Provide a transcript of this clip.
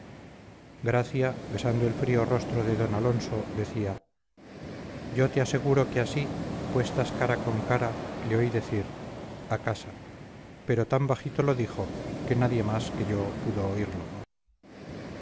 gracia besando el frío rostro de d alonso decía yo te aseguro que así puestas cara con cara le oí decir a casa pero tan bajito lo dijo que nadie más que yo pudo oírlo